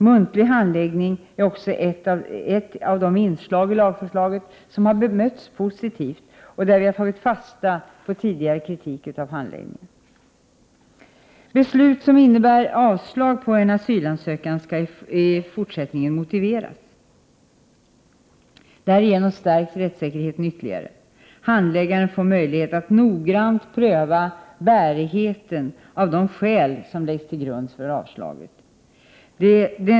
Muntlig handläggning är också ett av de inslag i lagförslaget som har bemötts positivt och där vi tagit fasta på tidigare kritik av handläggningen. Beslut som innebär avslag på en asylansökan skall i fortsättningen motiveras. Därigenom stärks rättssäkerheten ytterligare. Handläggaren får möjlighet att noggrant pröva bärigheten av de skäl som läggs till grund för avslaget.